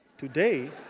today,